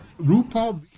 RuPaul